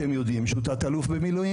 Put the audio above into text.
והם יודעים שהוא תת-אלוף במילואים